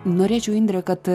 norėčiau indre kad